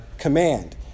command